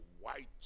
white